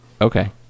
Okay